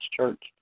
Church